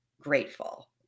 grateful